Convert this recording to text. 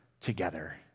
together